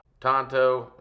Tonto